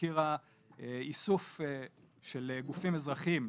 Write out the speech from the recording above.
הזכירה איסוף של גופים אזרחיים,